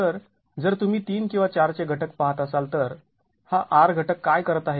तर जर तुम्ही ३ किंवा ४ चे घटक पाहत असाल तर हा R घटक काय करत आहे